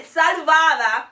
salvada